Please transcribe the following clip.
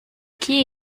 quai